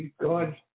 god